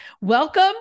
Welcome